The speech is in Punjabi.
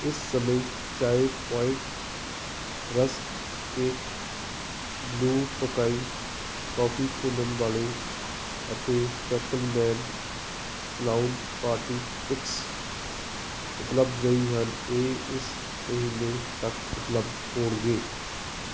ਇਸ ਸਮੇਂ Chai point rusk cake blue Tokai coffee ਭੁੰਨਣ ਵਾਲੇ ਅਤੇ ਫੈਕਲਮੈਨ ਕਲਾਊਨ ਪਾਰਟੀ ਪਿਕਸ ਉਪਲੱਬਧ ਨਹੀਂ ਹਨ ਇਹ ਇਸ ਮਹੀਨੇ ਤੱਕ ਉਪਲੱਬਧ ਹੋਣਗੇ